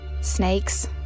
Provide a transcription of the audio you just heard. Snakes